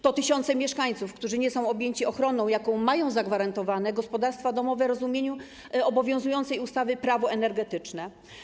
To tysiące mieszkańców, którzy nie są objęci ochroną, jaką mają zagwarantowaną gospodarstwa domowe w rozumieniu obowiązującej ustawy Prawo energetyczne.